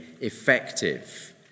effective